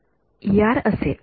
ER असेल